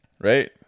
right